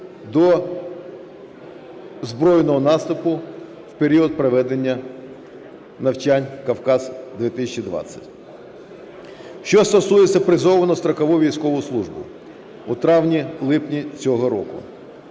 до збройного наступу у період проведення навчань "Кавказ-2020". Що стосується призову на строкову військову службу у травні-липні цього року.